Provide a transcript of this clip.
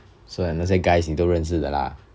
so like 那些 guys 你都认识的 lah